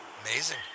Amazing